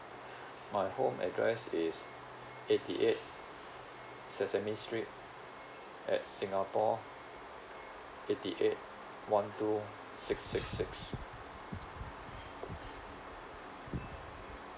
my home address is eighty eight sesame street at singapore eighty eight one two six six six